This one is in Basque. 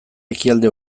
ekialde